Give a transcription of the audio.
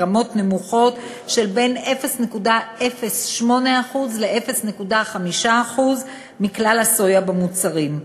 ברמות נמוכות של בין 0.08% ל-0.5% מכלל הסויה במוצרים.